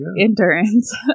endurance